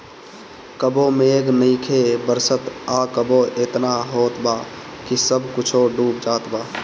कबो मेघ नइखे बरसत आ कबो एतना होत बा कि सब कुछो डूब जात बा